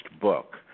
book